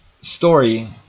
story